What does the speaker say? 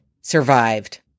survived